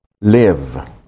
live